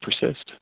persist